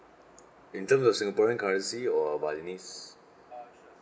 in terms of singaporean currency or balinese